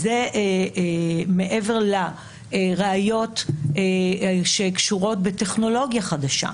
זה מעבר לראיות שקשורות בטכנולוגיה חדשה.